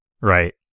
right